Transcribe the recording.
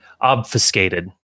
obfuscated